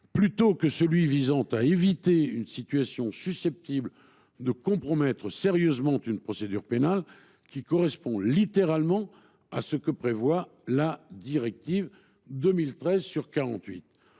plutôt que dans celui d’« éviter une situation susceptible de compromettre sérieusement une procédure pénale », qui correspond littéralement à ce que prévoit la directive 2013/48/UE,